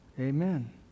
Amen